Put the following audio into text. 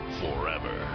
forever